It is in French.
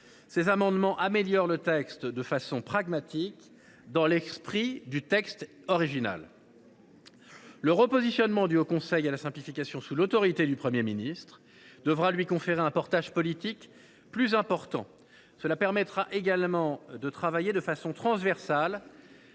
a défendus améliorent le texte de façon pragmatique, en respectant l’esprit du texte original. Le repositionnement du haut conseil à la simplification sous l’autorité du Premier ministre lui conférera un portage politique plus important. Cela lui permettra également de travailler de façon transversale,